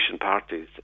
parties